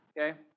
Okay